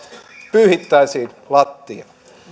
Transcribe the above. pyyhittäisiin lattia